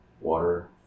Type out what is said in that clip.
Water